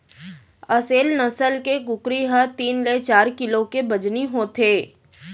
असेल नसल के कुकरी ह तीन ले चार किलो के बजनी होथे